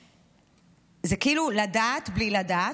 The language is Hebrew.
זה כאילו לדעת בלי לדעת.